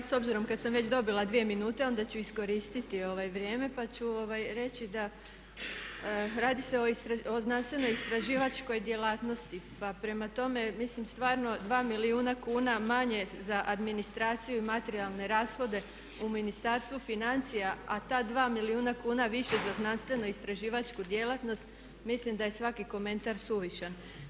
Dobro, s obzirom kad sam već dobila dvije minute onda ću iskoristiti vrijeme pa ću reći da radi se o znanstveno-istraživačkoj djelatnosti pa prema tome mislim stvarno 2 milijuna kuna manje za administraciju i materijalne rashode u Ministarstvu financija, a ta 2 milijuna kuna više za znanstveno-istraživačku djelatnost mislim da je svaki komentar suvišan.